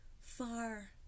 far